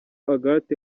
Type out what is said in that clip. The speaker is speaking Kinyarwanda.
agathe